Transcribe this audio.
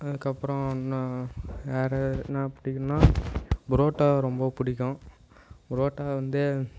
அதுக்கப்புறம் இன்னும் வேறு என்னா பிடிக்கும்னா பரோட்டா ரொம்ப பிடிக்கும் பரோட்டா வந்து